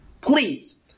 Please